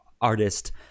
artist